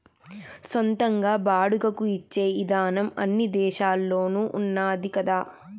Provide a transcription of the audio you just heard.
సొంతంగా బాడుగకు ఇచ్చే ఇదానం అన్ని దేశాల్లోనూ ఉన్నాది కదా